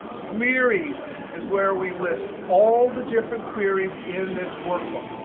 queries is where we list all the different queries in this workbook.